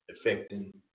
affecting